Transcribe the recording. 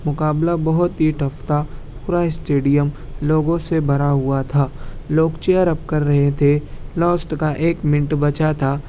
مقابلہ بہت ہی ٹف تھا پورا اسٹیڈیم لوگوں سے بھرا ہوا تھا لوگ چیئر اپ کر رہے تھے لاسٹ کا ایک منٹ بچا تھا